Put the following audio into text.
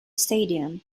stadium